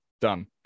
done